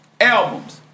albums